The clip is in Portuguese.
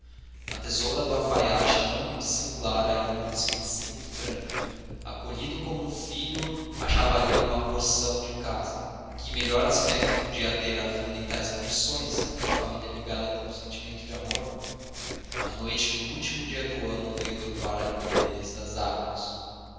a tesoura do alfaiate não lhe dissimulara a índole expansiva e franca acolhido como um filho achava ali uma porção de casa que melhor aspecto podia ter a vida em tais condições naquela família ligada por um sentimento de amor a noite do último dia do ano veio turvar a limpidez das águas